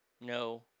no